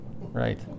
Right